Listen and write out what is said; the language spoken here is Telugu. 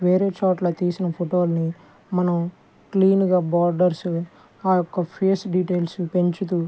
వేరే చోట్ల తీసిన ఫోటో లను మనం క్లీన్ గా బార్డర్స్ ఆ యొక్క ఫేస్ డీటెయిల్స్ పెంచుతు